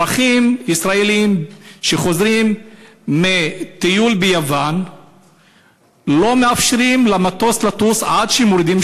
אזרחים ישראלים שחוזרים מטיול ביוון לא מאפשרים למטוס לטוס עד שמורידים